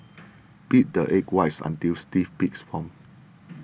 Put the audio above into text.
beat the egg whites until stiff peaks form